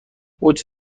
اوج